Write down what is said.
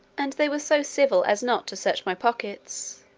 and they were so civil as not to search my pockets,